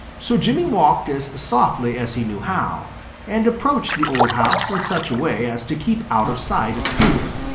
so jimmy walked as softly as he knew how and approached the old house in such a way as to keep out of sight of peter,